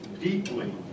deeply